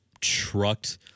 trucked